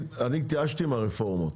אני התייאשתי מהרפורמות.